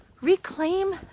reclaim